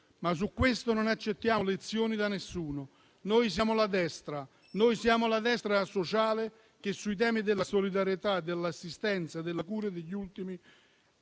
Su questo, però, non accettiamo lezioni da nessuno. Noi siamo la destra, siamo la destra sociale, che sui temi della solidarietà, dell'assistenza, della cura degli ultimi sta